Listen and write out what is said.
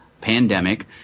pandemic